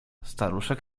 staruszek